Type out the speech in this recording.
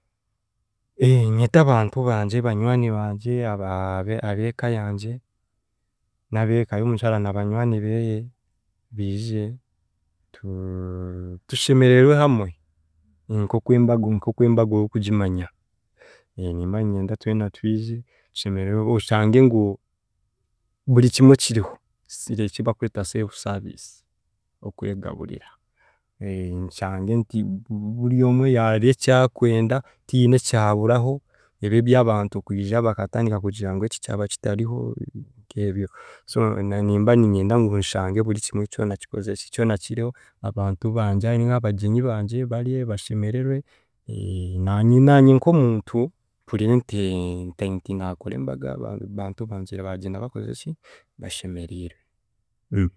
Nyete abantu bangye, banywani bangwe, aba- ab’eka yangye, na b’eka y'omukyara na banywa beeye biije tu- tushemererwe hamwe nk'okwe embaga nk'okwe embaga orikugimanya, nimba niinyenda twena twije tushemererwe oshange ngu buri kimwe kiriho kigizire ekibakweta self service okwegaburira, nshange nti bu- buryomwe yaarya ekyakwenda tihiine ekyaburaho ebi eby'abantu kwija bakatandika kugira ngu eki kyakitariho nk'ebyo so na- nimba niinyenda ngu nshange buri kimwe kyona kikozireki kyona kiriho, abantu bangye ninga abagyenyi bangye barye bashemererwe naanye naanye nk'omuntu mpurire nti nti naakora embaga abantu bangye bagyenda bakozireki bashemeriirwe.